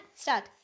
start